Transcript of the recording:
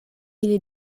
ili